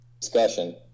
discussion